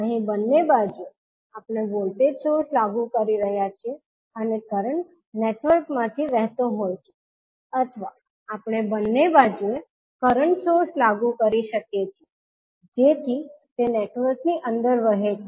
અહીં બંને બાજુએ આપણે વોલ્ટેજ સોર્સ લાગુ કરી રહ્યા છીએ અને કરંટ નેટવર્કમાં વહેતો હોય છે અથવા આપણે બંને બાજુએ કરંટ સોર્સ લાગુ કરી શકીએ છીએ જેથી તે નેટવર્ક ની અંદર વહે છે